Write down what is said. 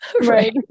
right